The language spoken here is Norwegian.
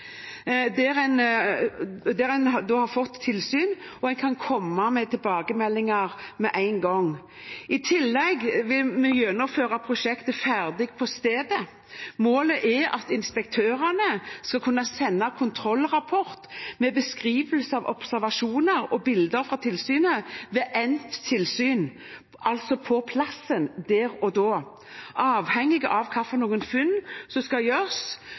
der en kan komme med tilbakemeldinger med en gang. I tillegg vil vi gjennomføre prosjektet «Ferdig på stedet». Målet er at inspektørene skal kunne sende en kontrollrapport med beskrivelse av observasjoner og bilder fra tilsynet ved endt tilsyn, altså på stedet, der og da. Avhengig av hvilke funn som gjøres, skal det da gjøres